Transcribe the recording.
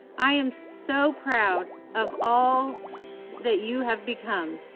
i am so proud of all that you have become.